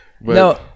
no